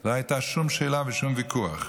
לא הייתה שום שאלה ושום ויכוח.